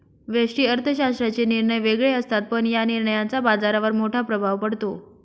व्यष्टि अर्थशास्त्राचे निर्णय वेगळे असतात, पण या निर्णयांचा बाजारावर मोठा प्रभाव पडतो